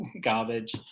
Garbage